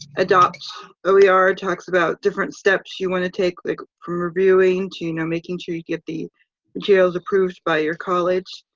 adopt oer, talks about different steps you want to take like from reviewing to you know making sure you get the jls approved by your college.